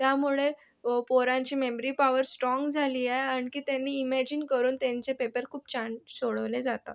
त्यामुळे पोरांची memory power strong झाली आहे आणखी त्यांनी इमॅजिन करून त्यांचे पेपर खूप छान सोडवले जातात